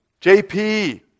JP